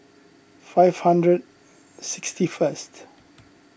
five hundred sixty first